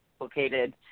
located